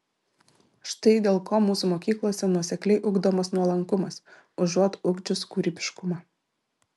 štai dėl ko mūsų mokyklose nuosekliai ugdomas nuolankumas užuot ugdžius kūrybiškumą